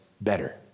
better